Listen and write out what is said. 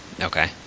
Okay